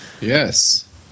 Yes